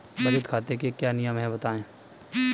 बचत खाते के क्या नियम हैं बताएँ?